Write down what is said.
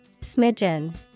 Smidgen